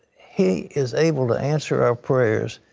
he is able to answer our prayers.